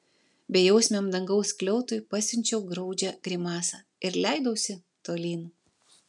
bejausmiam dangaus skliautui pasiunčiau graudžią grimasą ir leidausi tolyn